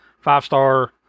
five-star